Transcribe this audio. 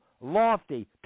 lofty